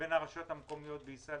בין הרשויות המקומיות בישראל.